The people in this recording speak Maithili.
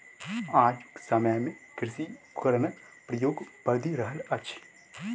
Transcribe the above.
आजुक समय मे कृषि उपकरणक प्रयोग बढ़ि रहल अछि